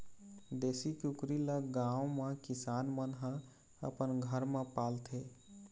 देशी कुकरी ल गाँव म किसान मन ह अपन घर म पालथे